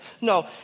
No